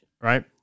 right